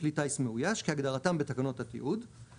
"כלי טיס בלתי מאויש" - כהגדרתם בתקנות התיעוד,";